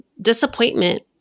disappointment